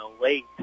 late